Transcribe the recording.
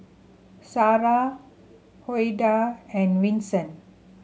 Sara Ouida and Vincent